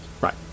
Right